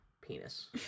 Penis